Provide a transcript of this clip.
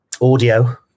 audio